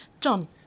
John